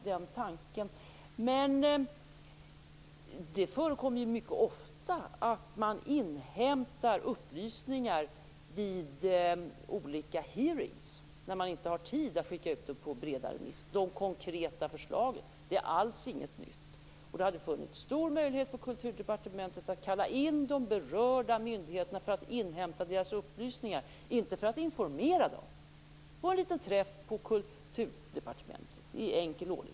Det förekommer mycket ofta att man inhämtar upplysningar vid olika hearingar när man inte har tid att skicka ut de konkreta förslagen på bredare remiss. Det är alls inget nytt. Det hade funnits en stor möjlighet för Kulturdepartementet att kalla in de berörda myndigheterna för att inhämta deras upplysningar - inte för att informera dem, utan för en liten träff i all enkelhet på Kulturdepartementet.